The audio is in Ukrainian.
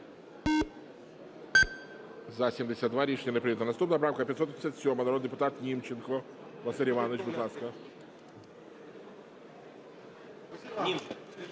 Німченко.